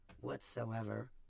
whatsoever